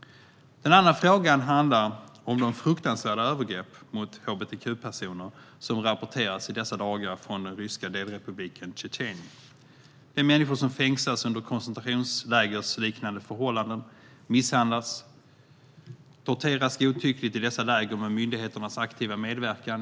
Den andra frågan handlar om de fruktansvärda övergrepp mot hbtq-personer som i dessa dagar rapporteras från den ryska delrepubliken Tjetjenien. Dessa människor fängslas under koncentrationslägerliknande förhållanden. De misshandlas och torteras godtyckligt i dessa läger med myndigheternas aktiva medverkan.